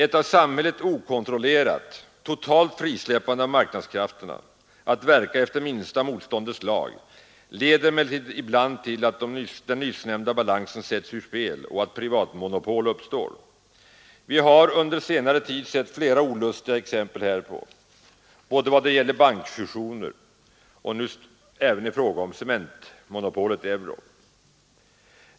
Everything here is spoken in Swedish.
Ett av samhället okontrollerat totalt frisläppande av marknadskrafterna att verka efter minsta motståndets lag leder emellertid ibland till att den nyssnämnda balansen sätts ur spel och att privatmonopol uppstår. Vi har under senare tid sett flera olustiga exempel härpå både i vad det gäller bankfusioner och nu även i fråga om cementmonopolet Euroc.